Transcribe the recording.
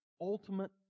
ultimate